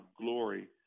glory